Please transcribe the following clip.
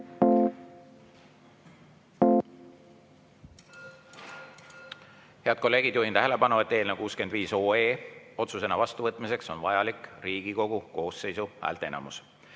Head kolleegid, juhin tähelepanu, et ka eelnõu 66 otsusena vastuvõtmiseks on vajalik Riigikogu koosseisu häälteenamus.